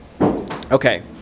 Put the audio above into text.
okay